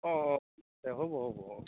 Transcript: অঁ হ'ব হ'ব হ'ব